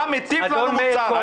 מטיף לנו מוסר.